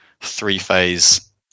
three-phase